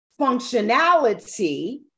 functionality